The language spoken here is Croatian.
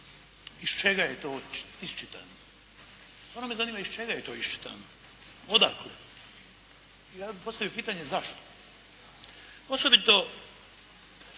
Iz čega je to iščitano? Stvarno me zanima iz čega je to iščitano? Odakle? I ja bih postavio pitanje – zašto? Osobito